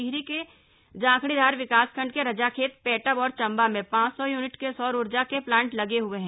टिहरी जिले के जाखणीधार विकासखंड के रजाखेत पेटब और चंबा में पांच सौ यूनिट के सौर ऊर्जा के प्लांट लगे हुए हैं